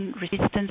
resistance